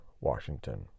washington